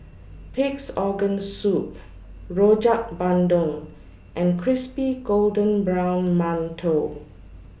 Pig'S Organ Soup Rojak Bandung and Crispy Golden Brown mantou